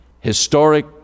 historic